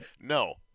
No